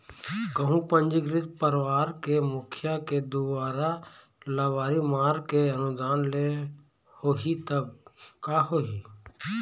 कहूँ पंजीकृत परवार के मुखिया के दुवारा लबारी मार के अनुदान ले होही तब का होही?